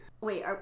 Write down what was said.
Wait